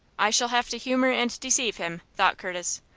i shall have to humor and deceive him, thought curtis.